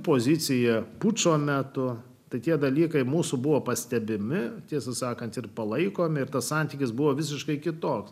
pozicija pučo metu tai tie dalykai mūsų buvo pastebimi tiesą sakant ir palaikomi ir tas santykis buvo visiškai kitoks